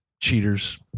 cheaters